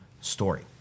story